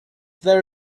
there